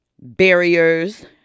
barriers